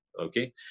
Okay